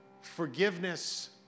forgiveness